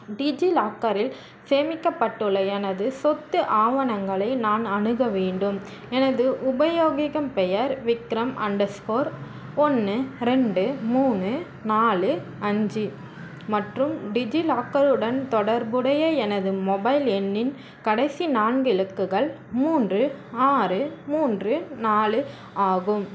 டிஜிலாக்கரில் சேமிக்கப்பட்டுள்ள எனது சொத்து ஆவணங்களை நான் அணுக வேண்டும் எனது உபயோகம் பெயர் விக்ரம் அண்டர்ஸ்க்கோர் ஒன்று ரெண்டு மூணு நாலு அஞ்சு மற்றும் டிஜிலாக்கருடன் தொடர்புடைய எனது மொபைல் எண்ணின் கடைசி நான்கு இலக்குங்கள் மூன்று ஆறு மூன்று நாலு ஆகும்